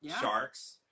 sharks